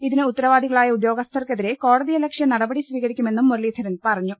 ഇതിന് ഉത്തരവാദികളായ ഉദ്യോഗസ്ഥർക്കെ തിരെ കോടതിയലക്ഷ്യ നടപടി സ്വീകരിക്കു്മെന്നും മുരളീധരൻ പറഞ്ഞു